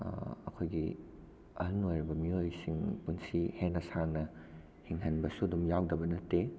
ꯑꯩꯈꯣꯏꯒꯤ ꯑꯩꯍꯜ ꯑꯣꯏꯔꯕ ꯃꯤꯑꯣꯏꯁꯤꯡ ꯄꯨꯟꯁꯤ ꯍꯦꯟꯅ ꯁꯥꯡꯅ ꯍꯤꯡꯍꯟꯕꯁꯨ ꯑꯗꯨꯝ ꯌꯥꯎꯗꯕ ꯅꯠꯇꯦ